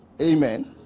Amen